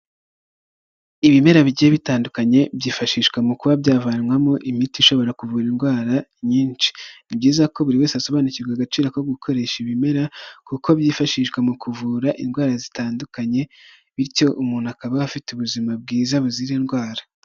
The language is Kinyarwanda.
Ibimera bigiye bitandukanye byifashishwa mu kuba byavanwamo imiti ishobora kuvura indwara nyinshi, ni byiza ko buri wese asobanukirwa agaciro ko gukoresha ibimera kuko byifashishwa mu kuvura indwara zitandukanye, bityo umuntu akaba afite ubuzima bwiza buzira indwara.